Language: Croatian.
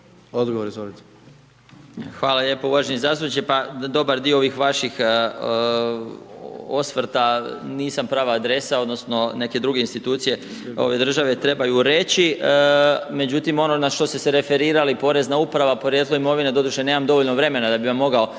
Zdravko** Hvala lijepo. Uvaženi zastupniče, pa dobar dio ovih vaših osvrta nisam prava adresa odnosno neke druge institucije ove države trebaju reći međutim ono na što ste se referirali, Porezna uprava, porijeklo imovine, doduše nemam dovoljno vremena da bi vam mogao